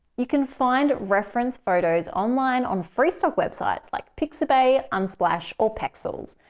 you can find reference photos online on free stock websites, like pixabay, unsplash or pexels,